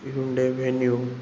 Hyundai venue